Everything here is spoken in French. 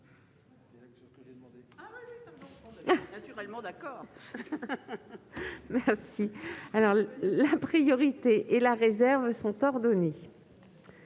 La priorité et la réserve sont ordonnées.